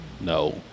no